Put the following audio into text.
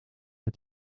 met